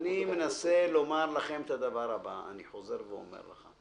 אני מנסה לומר לכם את הדבר הבא: אני חוזר ואומר לך,